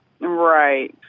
Right